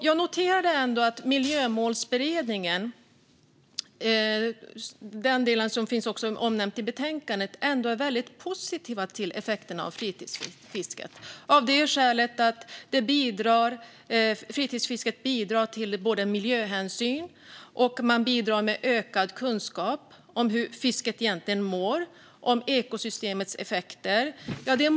Jag noterar att Miljömålsberedningen i den del som finns omnämnd i betänkandet ändå är väldigt positiv till effekterna av fritidsfisket av det skälet att fritidsfisket bidrar både till miljöhänsyn och en ökad kunskap om hur fisket egentligen mår liksom kunskap om effekter på ekosystemet.